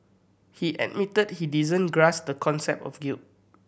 he admitted he didn't grasp the concept of guilt